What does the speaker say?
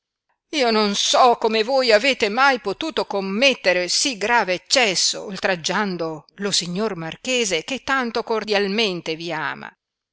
io non so come voi avete mai potuto commettere si grave eccesso oltraggiando lo signor marchese che tanto cordialmente vi ama